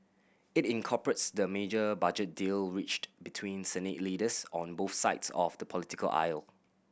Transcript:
it incorporates the major budget deal reached between Senate leaders on both sides of the political aisle